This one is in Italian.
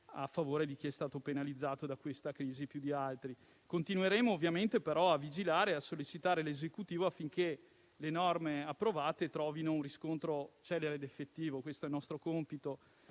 a favore di chi è stato penalizzato più di altri da questa crisi. Tuttavia, continueremo a vigilare e a sollecitare l'Esecutivo affinché le norme approvate trovino un riscontro celere ed effettivo: questo è il nostro compito.